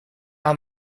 aan